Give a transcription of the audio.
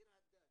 ביר הדאג'